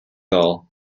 all